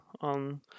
on